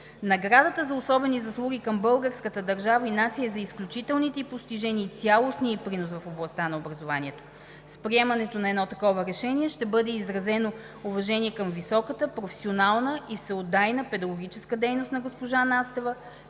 Наградата за особени заслуги към българската държава и нация е за изключителните ѝ постижения и цялостния ѝ принос в областта на образованието. С приемането на едно такова решение ще бъде изразено уважение към високата професионална и всеотдайна педагогическа дейност на госпожа Настева,